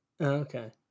Okay